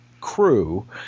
crew